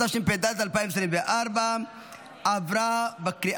התשפ"ד 2024. הצבעה.